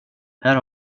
här